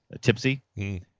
tipsy